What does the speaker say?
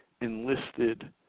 enlisted